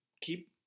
keep